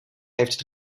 heeft